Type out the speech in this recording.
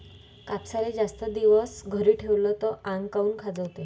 कापसाले जास्त दिवस घरी ठेवला त आंग काऊन खाजवते?